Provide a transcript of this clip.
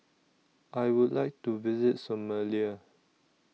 I Would like to visit Somalia